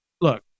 Look